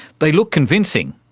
they look convincing.